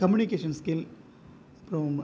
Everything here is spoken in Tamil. கம்யுனிகேஷன் ஸ்கில் அப்புறம்